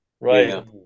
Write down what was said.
Right